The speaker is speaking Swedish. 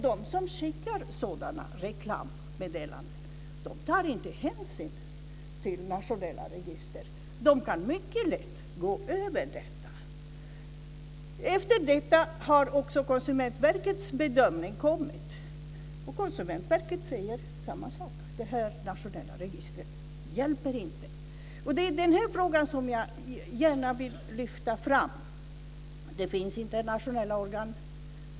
De som skickar sådana reklammeddelanden tar inte hänsyn till nationella register. De kan mycket lätt gå förbi detta. Efter detta har också Konsumentverkets bedömning kommit. Konsumentverket säger samma sak. Det här nationella registret hjälper inte. Jag vill gärna lyfta fram den här frågan. Det finns internationella organ.